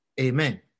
Amen